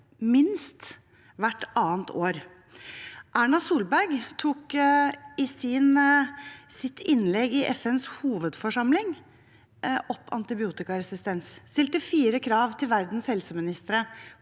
minst annethvert år. Erna Solberg tok i sitt innlegg i FNs hovedforsamling opp antibiotikaresistens. Hun stilte fire krav til verdens helseministre